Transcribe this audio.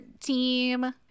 team